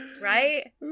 right